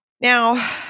now